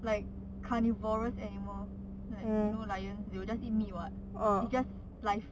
like carnivorous animal like you know lion they will just eat meat [what] it's just life